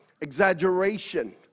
exaggeration